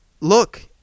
look